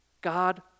God